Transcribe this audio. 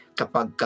kapag